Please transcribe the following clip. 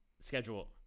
schedule